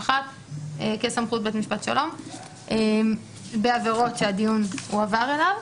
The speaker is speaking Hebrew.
51(א)(1) כסמכות בית משפט שלום בעבירות שהדיון הועבר אליו.